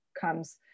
comes